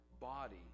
body